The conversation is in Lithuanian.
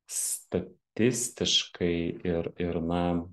statistiškai ir ir na